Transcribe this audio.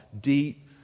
deep